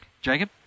Jacob